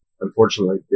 unfortunately